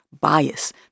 bias